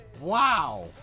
Wow